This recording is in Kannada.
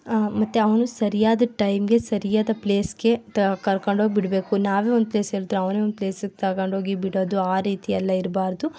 ಮತ್ತೆ ಅವನು ಸರಿಯಾದ ಟೈಮ್ಗೆ ಸರಿಯಾದ ಪ್ಲೇಸ್ಗೆ ಕರ್ಕೊಂಡೋಗ್ಬಿಡಬೇಕು ನಾವು ಒಂದು ಪ್ಲೇಸ್ ಹೇಳ್ತೇವೆ ಅವನು ಒಂದು ಪ್ಲೇಸ್ ತೊಗೊಂಡೋಗಿ ಬಿಡೋದು ಆ ರೀತಿಯೆಲ್ಲ ಇರಬಾರ್ದು